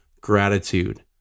gratitude